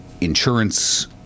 insurance